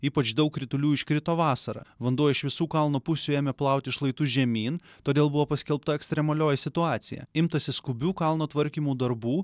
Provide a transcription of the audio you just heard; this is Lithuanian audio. ypač daug kritulių iškrito vasarą vanduo iš visų kalno pusių ėmė plaukti šlaitus žemyn todėl buvo paskelbta ekstremalioji situacija imtasi skubių kalno tvarkymo darbų